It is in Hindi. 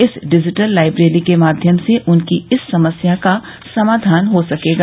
इस डिजिटल लाइब्रेरी के माध्यम से उनकी इस समस्या का समाधान हो सकेगा